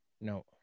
No